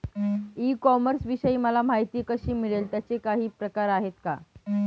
E कॉमर्सविषयी मला माहिती कशी मिळेल? त्याचे काही प्रकार आहेत का?